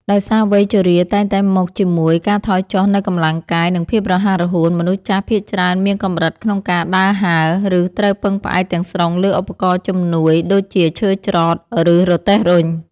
ដោយសារវ័យជរាតែងតែមកជាមួយការថយចុះនូវកម្លាំងកាយ និងភាពរហ័សរហួន មនុស្សចាស់ភាគច្រើនមានកម្រិតក្នុងការដើរហើរ ឬត្រូវពឹងផ្អែកទាំងស្រុងលើឧបករណ៍ជំនួយដូចជាឈើច្រត់ ឬរទេះរុញ។